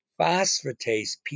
phosphatase